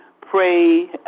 pray